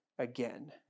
again